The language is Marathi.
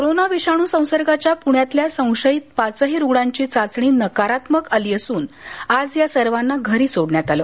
कोरोना विषाणू संसर्गांच्या पूण्यातल्या संशयित पाचही रुग्णांची चाचणी नकारात्मक आली असून आज या सर्वांना घरी सोडण्यात आलं